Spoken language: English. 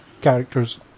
characters